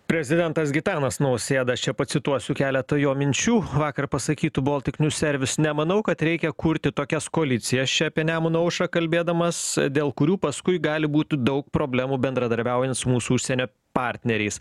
prezidentas gitanas nausėda čia pacituosiu keletą jo minčių vakar pasakytų boltik niuservis nemanau kad reikia kurti tokias koalicijas čia apie nemuno aušrą kalbėdamas dėl kurių paskui gali būti daug problemų bendradarbiaujant su mūsų užsienio partneriais